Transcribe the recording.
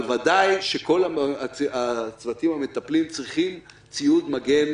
אבל בוודאי שכל הצוותים המטפלים צריכים ציוד מגן